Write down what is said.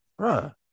bruh